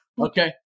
Okay